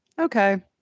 Okay